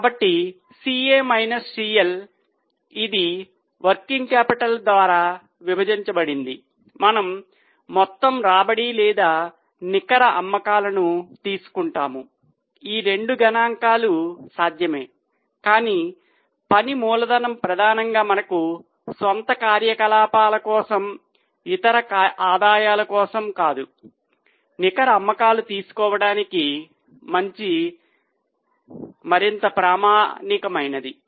కాబట్టి CA minus CL ఇది working capital ద్వారా విభజించబడింది మనము మొత్తం రాబడి లేదా నికర అమ్మకాలను తీసుకుంటాము ఈ రెండు గణాంకాలు సాధ్యమే కాని పని మూలధనం ప్రధానంగా మన స్వంత వ్యాపార కార్యకలాపాల కోసం ఇతర ఆదాయాల కోసం కాదు నికర అమ్మకాలు తీసుకోవటానికి మరింత ప్రామాణికమైనది